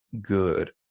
good